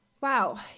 Wow